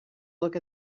look